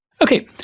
Okay